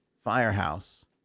firehouse